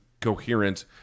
coherent